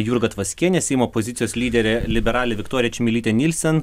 jurga tvaskienė seimo opozicijos lyderė liberalė viktorija čmilytė nielsen